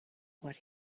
what